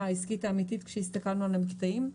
העסקית האמתית כשהסתכלנו על המקטעים.